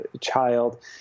child